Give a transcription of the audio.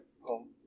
home